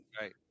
Right